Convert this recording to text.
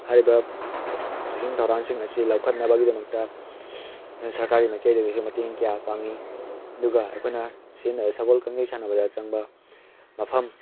ꯍꯥꯏꯔꯤꯕ ꯆꯦꯛꯁꯤꯟ ꯊꯧꯔꯥꯡꯁꯤꯡ ꯑꯁꯤ ꯂꯧꯈꯠꯅꯕꯒꯤꯗꯃꯛꯇ ꯁꯔꯀꯥꯔꯒꯤ ꯃꯥꯏꯀꯩꯗꯒꯤꯁꯨ ꯃꯇꯦꯡ ꯀꯌꯥ ꯄꯥꯡꯏ ꯑꯗꯨꯒ ꯑꯩꯈꯣꯏꯅ ꯁꯒꯣꯜ ꯀꯥꯡꯖꯩ ꯁꯥꯟꯅꯕꯗ ꯆꯪꯕ ꯃꯐꯝ